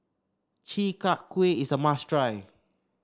Chi Kak Kuih is a must try